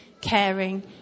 caring